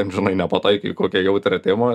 ten žinai nepataikei į kokią jautrią temą